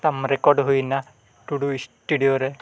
ᱛᱟᱢ ᱦᱩᱭᱮᱱᱟ ᱴᱩᱰᱩ ᱥᱴᱩᱰᱤᱭᱳ ᱨᱮ